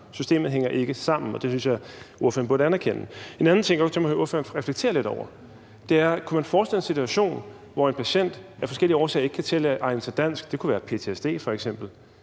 systemet hænger jo ikke sammen, og det synes jeg ordføreren burde anerkende. En anden ting, jeg godt kunne tænke mig at ordføreren reflekterer lidt over, er, om man kunne forestille sig en situation, hvor en patient af forskellige årsager ikke kan tilegne sig dansk. Det kunne f.eks.